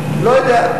אני לא יודע.